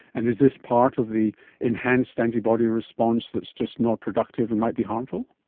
and is this part of the enhanced antibody response that is just not productive and might be harmful?